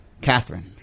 Catherine